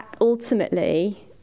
ultimately